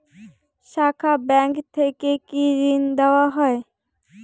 শাখা ব্যাংক থেকে কি ঋণ দেওয়া হয়?